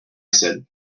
said